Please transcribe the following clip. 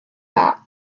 that